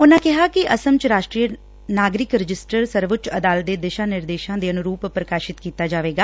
ਉਨਾਂ ਕਿਹਾ ਕਿ ਅਸਮ ਚ ਰਾਸਟਰੀ ਨਾਗਰਿਕ ਰਜਿਸਟਰ ਸਰਵਉੱਚ ਅਦਾਲਤ ਦੇ ਦਿਸਾ ਨਿਰੇਦਸਾਂ ਦੇ ਅਨੁਰੁਪ ਪ੍ਰਕਾਸਿਤ ਕੀਤਾ ਜਾਵੇਗਾ